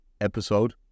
episode